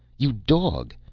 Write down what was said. you dog,